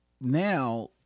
now